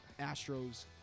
Astros